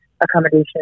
accommodation